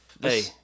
Hey